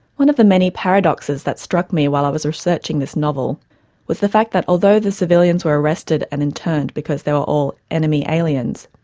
one of the many paradoxes that struck me while i was researching this novel was the fact that although the civilians were arrested and interned because they were all enemy aliens,